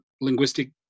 linguistic